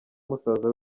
musaza